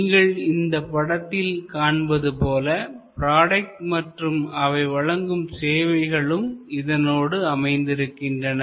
நீங்கள் இந்த படத்தில் காண்பது போல ப்ராடக்ட் மற்றும் அவை வழங்கும் சேவைகளும் இதனோடு அமைந்திருக்கின்றன